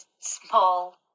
small